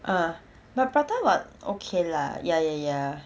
uh but prata wa~ okay lah ya ya ya